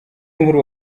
nkuru